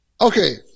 Okay